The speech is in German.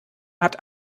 hat